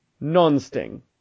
non-sting